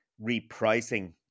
repricing